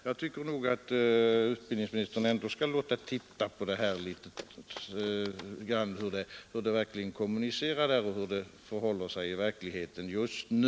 Jag tycker därför att utbildningsministern ändå skall låta se över hur det förhåller sig i verkligheten just nu.